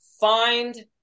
find